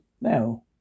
Now